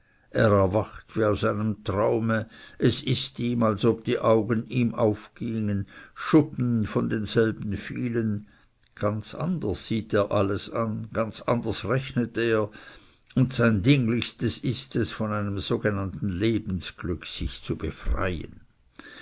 wie aus einem traume es ist ihm als ob die augen ihm aufgingen schuppen von denselben fielen ganz anders sieht er alles an ganz anders rechnet er und sein dringlichstes ist von seinem sogenannten lebensglück sich zu befreien